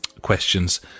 questions